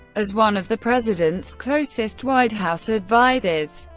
as one of the president's closest white house advisers,